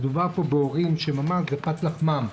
מדובר בהורים שמדובר בפת לחם,